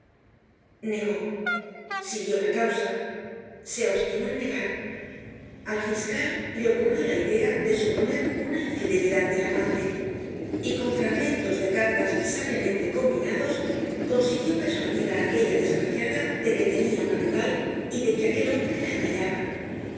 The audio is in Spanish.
negó siguió la causa se obstinó en negar al fiscal le ocurrió la idea de suponer una infidelidad del amante y con fragmentos de cartas sabiamente combinados consiguió persuadir á aquella desgraciada de que tenia una rival y de que aquel hombre la engañaba